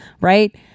right